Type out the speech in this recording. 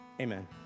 Amen